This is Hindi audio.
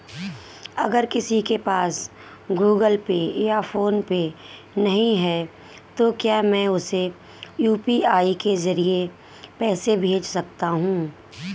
अगर किसी के पास गूगल पे या फोनपे नहीं है तो क्या मैं उसे यू.पी.आई के ज़रिए पैसे भेज सकता हूं?